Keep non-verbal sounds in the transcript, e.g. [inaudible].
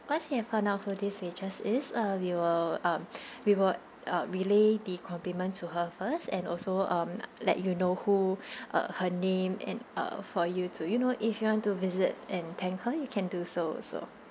once we have found out who this waitress is uh we will um [breath] we will uh relay the compliment to her first and also um let you know who [breath] uh her name and uh for you to you know if you want to visit and thank her you can do so also